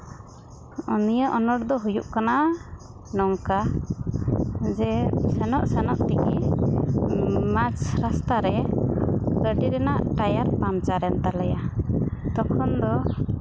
ᱱᱤᱭᱟᱹ ᱟᱱᱟᱴ ᱫᱚ ᱦᱩᱭᱩᱜ ᱠᱟᱱᱟ ᱱᱚᱝᱠᱟ ᱡᱮ ᱥᱮᱱᱚᱜ ᱥᱮᱱᱚᱜ ᱛᱮᱜᱮ ᱢᱟᱡᱷ ᱨᱟᱥᱛᱟ ᱨᱮ ᱜᱟᱹᱰᱤ ᱨᱮᱱᱟᱜ ᱴᱟᱭᱟᱨ ᱯᱟᱢᱪᱟᱨᱮᱱ ᱛᱟᱞᱮᱭᱟ ᱛᱚᱠᱷᱚᱱ ᱫᱚ